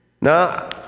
Now